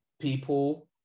people